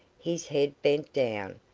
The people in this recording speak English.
his head bent down,